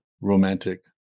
romantic